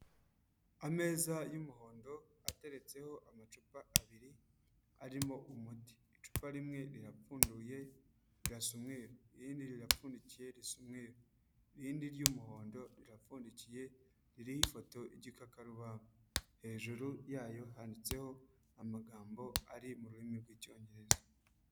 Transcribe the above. Ameza y'umuhondo ateretseho amacupa abiri arimo umuti. Icupa rimwe rirapfunduye rirasa umweru, irindi rirapfundikiye risa umweru, irindi ry'umuhondo rirapfundikiye ririho ifoto y'igikakarubamba. Hejuru yayo handitseho amagambo ari mu rurimi rw'Icyongereza.